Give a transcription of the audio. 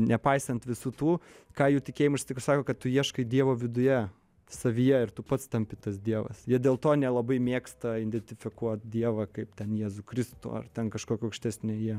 nepaisant visų tų ką jų tikėjimas iš tikro sako kad tu ieškai dievo viduje savyje ir tu pats tampi tas dievas jie dėl to nelabai mėgsta identifikuot dievą kaip ten jėzų kristų ar ten kažkokią aukštesnėje